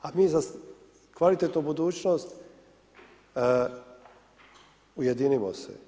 A mi za kvalitetnu budućnost, ujedinimo se.